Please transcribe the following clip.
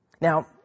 Now